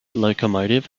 locomotive